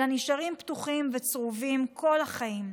אלא נשארים פתוחים וצרובים כל החיים.